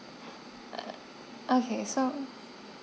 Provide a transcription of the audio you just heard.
okay so